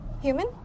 Human